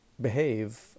behave